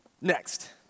Next